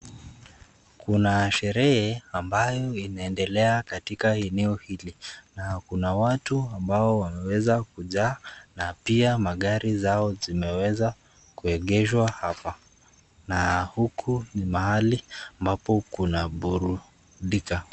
Kuna sherehe ambayo inaendelea katika eneo hili na kuna watu ambao wameweza kujaa na pia magari zao zimeweza kuegeshwa hapa na huku ni mahali ambapo kunaburudika.